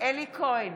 אלי כהן,